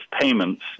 payments